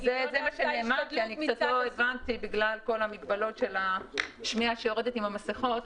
אני לא הבנתי בגלל כל המגבלות של השמיעה שיורדת עם המסכות.